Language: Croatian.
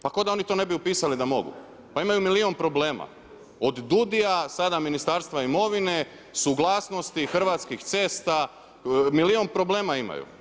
Pa kao da oni to ne bi upisali da mogu' pa imaju miliju problema, od DUUDI-ja, sada Ministarstva imovine, suglasnosti Hrvatskih cesta, milijun problema imaju.